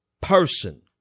person